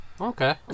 Okay